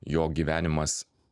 jo gyvenimas